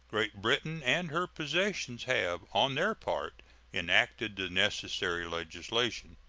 great britain and her possessions have on their part enacted the necessary legislation.